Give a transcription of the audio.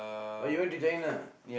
oh you went to China